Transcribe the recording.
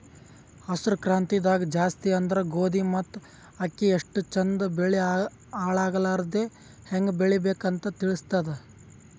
ಹಸ್ರ್ ಕ್ರಾಂತಿದಾಗ್ ಜಾಸ್ತಿ ಅಂದ್ರ ಗೋಧಿ ಮತ್ತ್ ಅಕ್ಕಿ ಎಷ್ಟ್ ಚಂದ್ ಬೆಳಿ ಹಾಳಾಗಲಾರದೆ ಹೆಂಗ್ ಬೆಳಿಬೇಕ್ ಅಂತ್ ತಿಳಸ್ತದ್